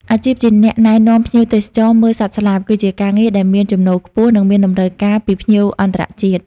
អាជីពជាអ្នកណែនាំភ្ញៀវទេសចរមើលសត្វស្លាប គឺជាការងារដែលមានចំណូលខ្ពស់ និងមានតម្រូវការពីភ្ញៀវអន្តរជាតិ។